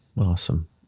Awesome